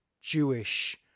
jewish